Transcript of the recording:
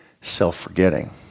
Self-forgetting